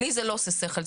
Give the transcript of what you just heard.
לי זה לא עושה שכל,